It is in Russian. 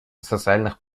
социальных